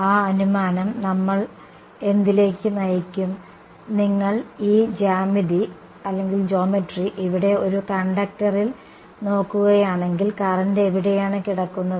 ആ അനുമാനം നമ്മൾ എന്തിലേക്ക് നയിക്കും നിങ്ങൾ ഈ ജ്യാമിതി ഇവിടെ ഒരു കണ്ടക്ടറിൽ നോക്കുകയാണെങ്കിൽ കറന്റ് എവിടെയാണ് കിടക്കുന്നത്